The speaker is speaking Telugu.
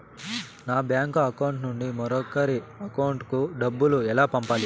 నా బ్యాంకు అకౌంట్ నుండి మరొకరి అకౌంట్ కు డబ్బులు ఎలా పంపాలి